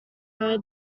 via